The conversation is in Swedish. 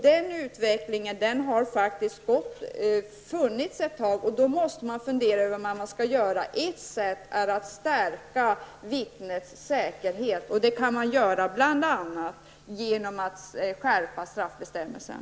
Den utvecklingen har funnits en tid. Då måste man fundera över vad som skall göras. Ett sätt är att stärka vittnets säkerhet, och det kan man bl.a. göra genom att skärpa straffbestämmelsen.